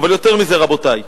אבל יותר מזה, רבותי,